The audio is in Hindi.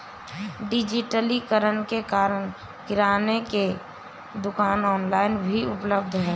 डिजिटलीकरण के कारण किराने की दुकानें ऑनलाइन भी उपलब्ध है